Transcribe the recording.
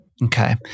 Okay